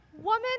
Woman